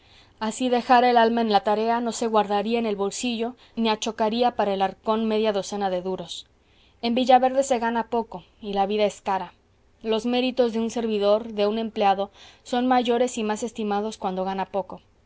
así dejara el alma en la tarea no se guardaría en el bolsillo ni achocaría para el arcón media docena de duros en villaverde se gana poco y la vida es cara los méritos de un servidor de un empleado son mayores y más estimados cuando gana poco